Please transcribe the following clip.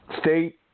state